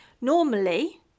Normally